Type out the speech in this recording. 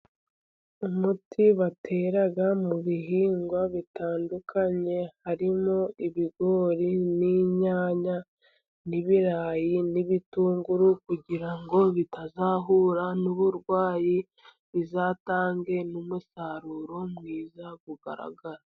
Umuti batera mu bihingwa bitandukanye, harimo ibigori, n'inyanya, n'ibirayi, n'ibitunguru, kugira ngo bitazahura n'uburwayi, bizatange n'umusaruro mwiza ugaragara.